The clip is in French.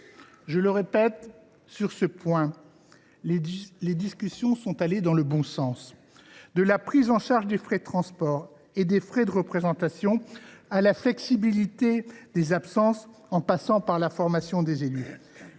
je réaffirme que les discussions sont allées dans le bon sens, de la prise en charge des frais de transport et des frais de représentation à la flexibilité des absences, en passant par la formation des élus.